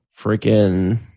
freaking